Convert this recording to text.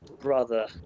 brother